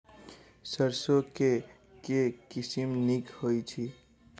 सैरसो केँ के किसिम नीक होइ छै?